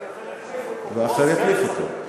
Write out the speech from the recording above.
משחק ושחקן אחר יחליף אותו.